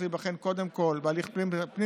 להיבחן קודם כול בהליך פנים-פרלמנטרי,